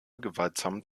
gewaltsam